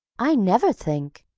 i never think,